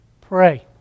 Pray